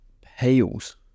pales